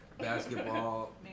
Basketball